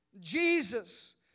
Jesus